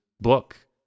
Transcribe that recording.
book